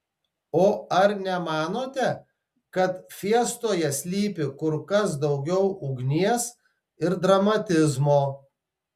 o ar nemanote kad fiestoje slypi kur kas daugiau ugnies ir dramatizmo